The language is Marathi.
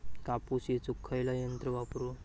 कापूस येचुक खयला यंत्र वापरू?